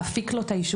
להפיק לו את האישור.